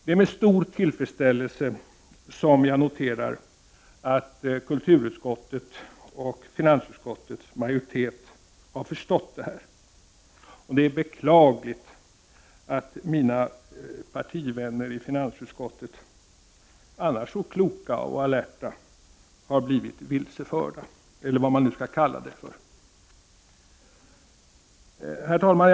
Det är med stor tillfredsställelse som jag noterar att kulturutskottet och finansutskottets majoritet har förstått detta. Det är beklagligt att mina partivänner i finansutskottet, annars så kloka och alerta, har blivit vilseförda, eller vad man nu skall kalla det. Herr talman!